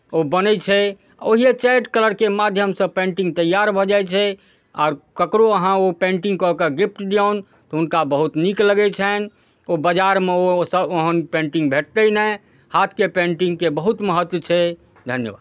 ओ बनै छै ओहिए चारि कलरके माध्यमसँ पेन्टिंग तैयार भऽ जाइ छै आर ककरो अहाँ ओ पेन्टिंग कऽ के गिफ्ट दियौन तऽ हुनका बहुत नीक लगै छनि ओ बाजारमे ओसभ ओहन पेन्टिंग भेटतै नहि हाथके पेन्टिंगके बहुत महत्व छै धन्यवाद